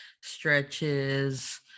Stretches